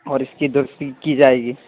اور اس کی درستگی کی جائے گی